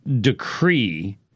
decree